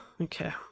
okay